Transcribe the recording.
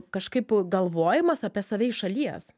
kažkaip galvojimas apie save iš šalies